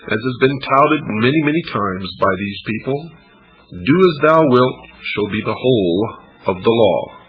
as has been touted many, many times by these people do as thou wilt shall be the whole of the law.